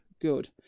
good